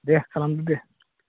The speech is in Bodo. दे खालामदो दे